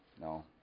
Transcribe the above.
no